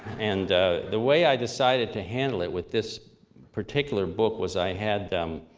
and the way i decided to handle it, with this particular book, was i had